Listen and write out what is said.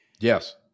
Yes